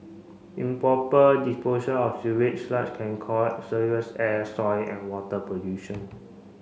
improper disposal of sewage sludge can call serious air soil and water pollution